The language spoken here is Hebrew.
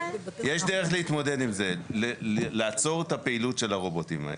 יש דרך להתמודד עם זה: לעצור את הפעילות של הרובוטים האלה.